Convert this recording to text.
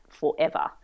forever